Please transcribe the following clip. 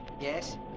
Yes